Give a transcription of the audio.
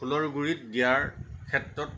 ফুলৰ গুৰিত দিয়াৰ ক্ষেত্ৰত